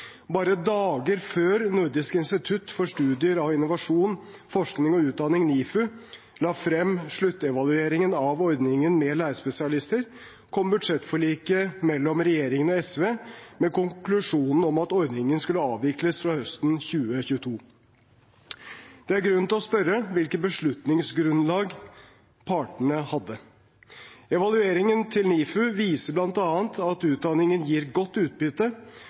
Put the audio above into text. Bare dager før Nordisk institutt for studier av innovasjon, forskning og utdanning, NIFU, la frem sluttevalueringen av ordningen med lærerspesialister, kom budsjettforliket mellom regjeringen og SV med konklusjonen om at ordningen skulle avvikles fra høsten 2022. Det er grunn til å spørre hvilket beslutningsgrunnlag partene hadde. Evalueringen til NIFU viser bl.a. at utdanningen gir godt utbytte,